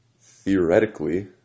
Theoretically